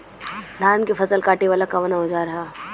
धान के फसल कांटे वाला कवन औजार ह?